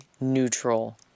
neutral